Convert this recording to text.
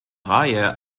reihe